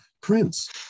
Prince